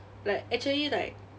like actually like